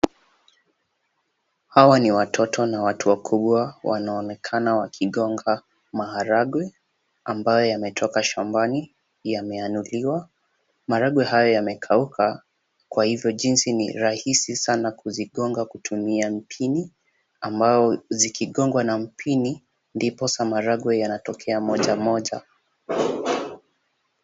Hawa ni watoto na watu wakubwa wanaonekana wakigonga maharagwe ambayo yametoka shambani, yameanuliwa. Maharagwe haya yamekauka kwa hivyo jinsi ni rahisi sana kuzigonga kutumia mpini ambao zikigongwa na mpini ndiposa maharagwe yanatokea moja moja.